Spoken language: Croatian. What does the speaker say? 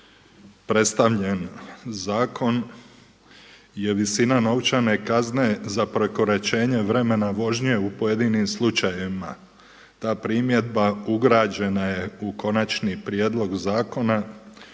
predstavljen zakon je visina novčane kazne za prekoračenje vremena vožnje u pojedinim slučajevima. Ta primjedba ugrađena je u konačni prijedlog zakona.